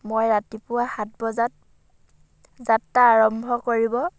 মই ৰাতিপুৱা সাত বজাত যাত্ৰা আৰম্ভ কৰিব